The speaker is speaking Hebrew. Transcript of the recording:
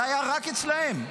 זה היה רק אצלם.